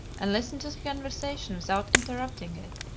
and listen to the conversation without interrupting it,